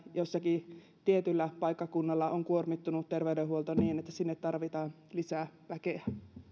jollakin tietyllä paikkakunnalla on kuormittunut terveydenhuolto niin että sinne tarvitaan lisää väkeä